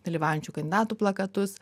dalyvaujančių kandidatų plakatus